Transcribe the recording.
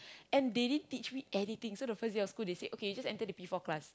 and they didn't teach me anything so the first day of school they say okay you just enter the P four class